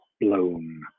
blown